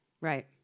Right